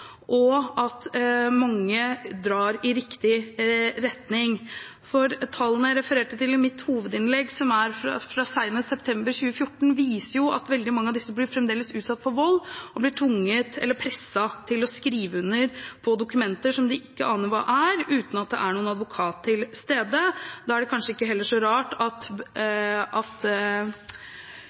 og at mange drar i riktig retning. Tallene jeg refererte til i mitt hovedinnlegg, som er fra, senest, september 2014, viser at veldig mange av disse fremdeles blir utsatt for vold og blir presset til å skrive under på dokumenter som de ikke aner hva er, og uten at det er noen advokat til stede. Da er det kanskje heller ikke så rart at